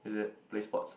is it play sports